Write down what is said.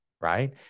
right